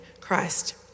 Christ